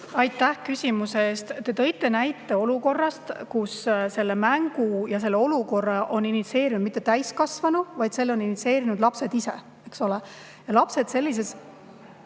Aitäh küsimuse eest! Te tõite näite olukorrast, kus selle mängu ja selle olukorra on initsieerinud mitte täiskasvanu, vaid selle on initsieerinud lapsed ise, eks ole. Sellises